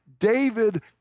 David